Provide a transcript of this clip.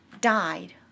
died